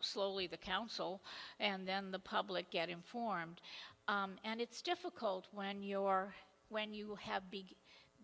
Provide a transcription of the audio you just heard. slowly the council and then the public get informed and it's difficult when your when you have big